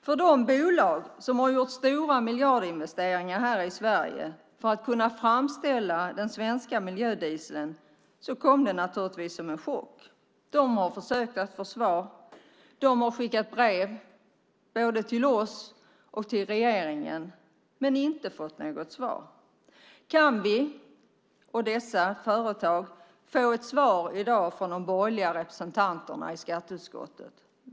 För de bolag som har gjort stora miljardinvesteringar här i Sverige för att kunna framställa den svenska miljödieseln kom det som chock. De har försökt att få svar. De har skickat brev, både till oss och till regeringen, men inte fått något svar. Kan vi och dessa företag få ett svar i dag från de borgerliga representanterna i skatteutskottet?